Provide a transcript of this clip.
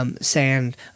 sand